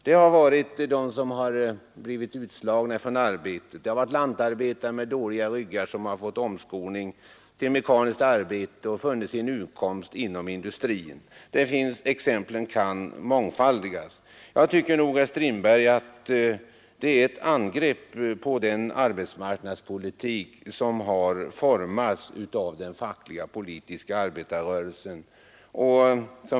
Det gäller sådana som blivit utslagna från arbetet, t.ex. lantarbetare med dåliga ryggar som fått omskolning till mekaniskt arbete och funnit sin utkomst inom industrin. Exemplen kan mångfaldigas. Jag tycker nog att herr Strindbergs inlägg var ett angrepp på den arbetsmarknadspolitik som för många människor betytt en lösning på deras problem.